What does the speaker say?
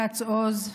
כץ-עוז,